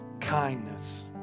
kindness